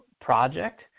project